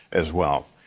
as well.